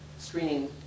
Screening